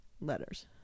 Letters